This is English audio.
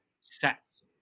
sets